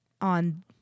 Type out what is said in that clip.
on